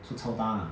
so chao ta lah